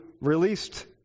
released